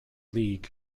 league